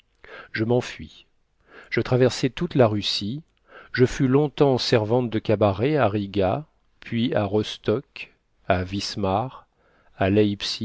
je m'enfuis je traversai toute la russie je fus long-temps servante de cabaret à riga puis à rostock à vismar à